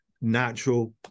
Natural